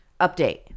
Update